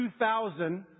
2000